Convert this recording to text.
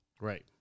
right